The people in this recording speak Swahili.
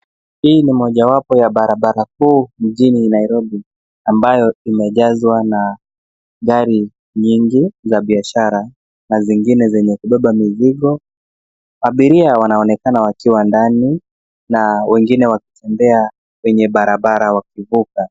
Hii ni moja wapo ya barabra kuu mjini Nairobi ambayo imejazwa na gari nyingi za biashara na zingine zenye kubeba mizigo. Abiria wanaonekana wakiwa ndani na wengine wakitembea kwenye barabara wakivuka.